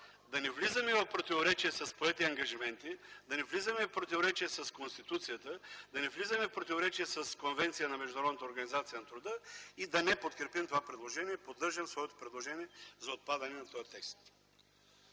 да не влизаме в противоречие с поети ангажименти, да не влизаме в противоречие с Конституцията, да не влизаме в противоречие с конвенция на Международната организация на труда и да не подкрепим това предложение. Поддържам своето предложение за отпадане на този текст.